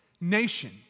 nation